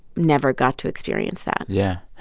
never got to experience that yeah.